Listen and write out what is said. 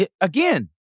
Again